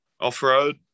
off-road